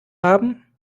haben